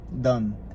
Done